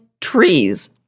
trees